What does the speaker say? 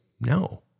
no